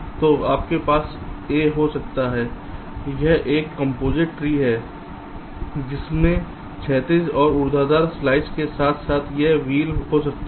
तो आपके पास a हो सकता है यह एक कंपोजिट ट्री है जिसमें क्षैतिज और ऊर्ध्वाधर स्लाइस के साथ साथ यह व्हील भी होता है